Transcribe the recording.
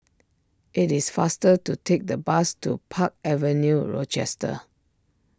it is faster to take the bus to Park Avenue Rochester